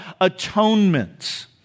atonement